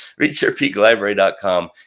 reachyourpeaklibrary.com